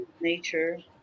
Nature